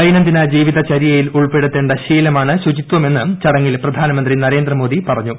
ദൈനംദിന ജീവിതചരൃയിൽ ഉൾപ്പെടുത്തേണ്ട ശീലമാണ് ശുചിത്വമെന്ന് ചടങ്ങിൽ പ്രധാനമന്ത്രി നരേന്ദ്രമോദി പറഞ്ഞു